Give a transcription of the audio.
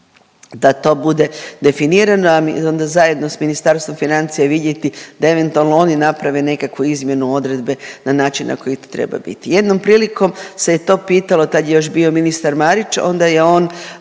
da to bude definirano, a onda zajedno s Ministarstvom financija vidjeti da eventualno oni naprave nekakvu izmjenu odredbe na način na koji to treba biti. Jednom prilikom se je to pitalo, tad je još bio ministar Marić, onda je on